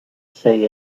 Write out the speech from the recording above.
say